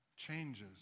changes